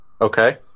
Okay